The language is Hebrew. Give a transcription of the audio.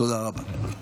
תודה רבה.